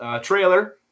Trailer